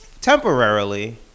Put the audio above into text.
temporarily